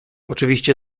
oczywiście